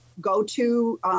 go-to